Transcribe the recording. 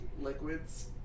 liquids